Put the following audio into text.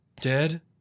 dead